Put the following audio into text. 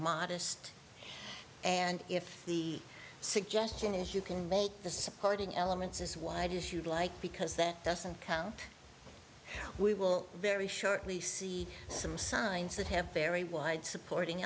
modest and if the suggestion is you can make the supporting elements is why does you'd like because that doesn't count we will very shortly see some signs that have very wide supporting